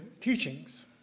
teachings